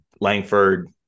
Langford